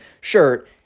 shirt